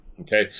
okay